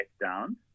down